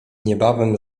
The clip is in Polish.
niebawem